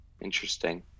Interesting